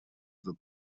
этот